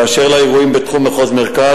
באשר לאירועים בתחום מחוז מרכז,